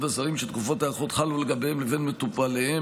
הזרים שתקופות ההיערכות חלו לגביהם לבין מטופליהם,